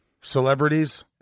celebrities